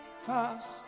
Fast